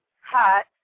hot